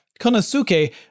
Konosuke